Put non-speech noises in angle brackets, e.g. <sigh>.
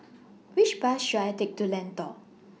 <noise> Which Bus should I Take to Lentor